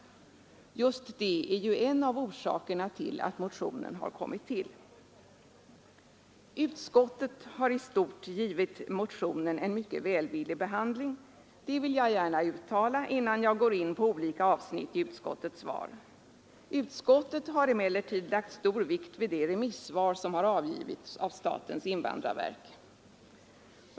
Just det är ju en av orsakerna till att motionen har kommit till. Utskottet har i stort givit motionen en mycket välvillig behandling; det vill jag gärna uttala innan jag går in på olika avsnitt av utskottsbetänkandet. Utskottet har emellertid lagt stor vikt vid det remissvar som avgivits av statens invandrarverk.